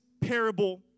parable